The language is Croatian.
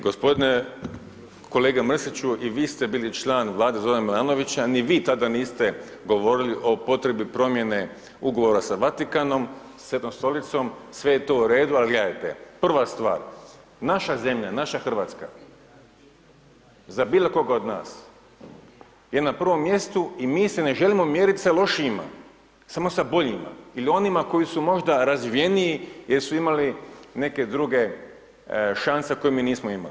G. kolega Mrsiću, i vi ste bili član Vlade Zorana Milanovića, ni vi tada niste govorili o potrebi promjene ugovora sa Vatikanom, Svetom Stolicom, sve je to u redu ali gledajte, prva stvar, naša zemlja, naša Hrvatska, za bilo koga od nas je na prvom mjestu i mi se ne želimo mjeriti sa lošijima, samo sa boljima ili onima koji su možda razvijeniji jer su imali neke druge šanse koje mi nismo imali.